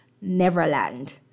neverland